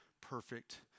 perfect